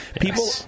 people